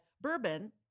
bourbon